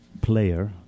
player